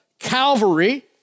Calvary